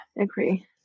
agree